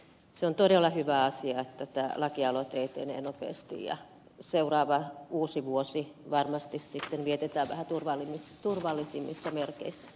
se on todella hyvä asia että tämä laki aloite etenee nopeasti ja seuraava uusi vuosi varmasti sitten vietetään vähän turvallisemmissa merkeissä